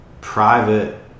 private